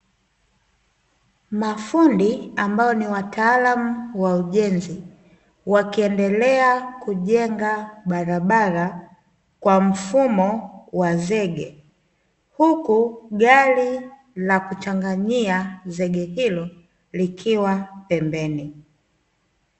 Mafundi ambao ni wataalamu wa ujenzi, wakiendelea kujenga barabara kwa mfumo wa zege. Huku gari la kuchanganyia zege hilo likiwa pembeni.